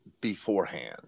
beforehand